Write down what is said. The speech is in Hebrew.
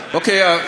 אוקיי.